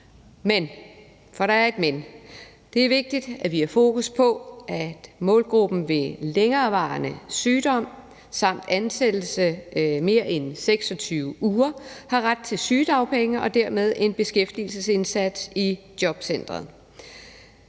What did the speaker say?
Men – for der er et »men« – det er vigtigt, at vi har fokus på, at målgruppen ved længerevarende sygdom samt ansættelse i mere end 26 uger har ret til sygedagpenge og dermed en beskæftigelsesindsats i jobcenteret.